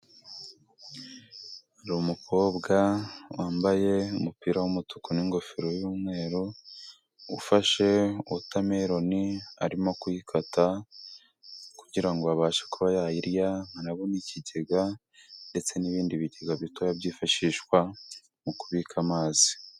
Hari umukobwa wambaye umupira w'umutuku n'ingofero y'umweru, ufashe wotameloni arimo kuyikata kugira ngo abashe kuba yayirya, nkanabona ikigega ndetse n'ibindi bigega bitoya byifashishwa mu kubika amazi.